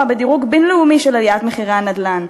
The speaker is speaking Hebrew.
בדירוג בין-לאומי של עליית מחירי הנדל"ן,